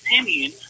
opinion